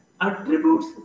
Attributes